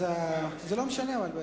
אז זה לא משנה, בעצם.